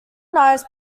nice